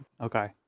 Okay